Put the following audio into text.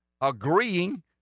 agreeing